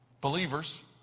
believers